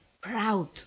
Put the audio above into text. proud